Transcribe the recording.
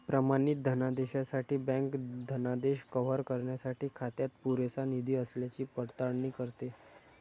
प्रमाणित धनादेशासाठी बँक धनादेश कव्हर करण्यासाठी खात्यात पुरेसा निधी असल्याची पडताळणी करते